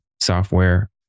software